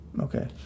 Okay